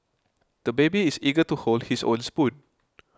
the baby is eager to hold his own spoon